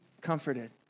comforted